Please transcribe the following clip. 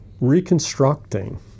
reconstructing